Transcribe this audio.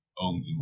own